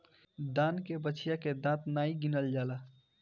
दान के बछिया के दांत नाइ गिनल जाला